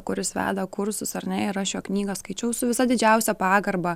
kur jis veda kursus ar ne ir aš jo knygą skaičiau su visa didžiausia pagarba